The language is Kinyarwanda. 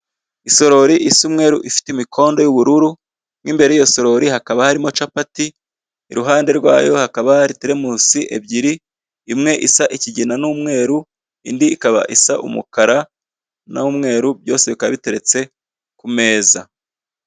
Isorori isa umwe ifite imikondo y'ubururu, mo imbere y'iyo sorori hakaba harimo capati, iruhande rwayo hakaba hari teremusi ebyiri, imwe isa ikigina n'umweru, indi ikaba isa umukara n'umweru byose bikaba biteretse ku meza.